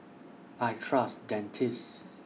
I Trust Dentiste